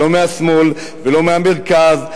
לא מהשמאל ולא מהמרכז,